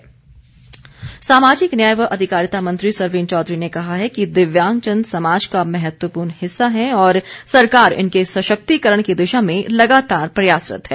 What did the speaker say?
सरवीण चौधरी सामाजिक न्याय व अधिकारिता मंत्री सरवीण चौधरी ने कहा है कि दिव्यांगजन समाज का महत्वपूर्ण हिस्सा है और सरकार इनके सशक्तिकरण की दिशा में लगातार प्रयासरत्त है